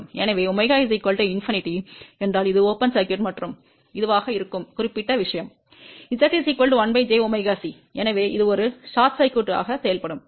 எனவே ω ∞ என்றால் இது திறந்த சுற்று மற்றும் இதுவாக இருக்கும் குறிப்பிட்ட விஷயம் z 1 jωC எனவே இது ஒரு குறுகிய சுற்றுகளாக செயல்படும்